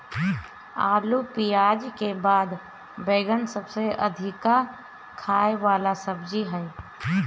आलू पियाज के बाद बैगन सबसे अधिका खाए वाला सब्जी हअ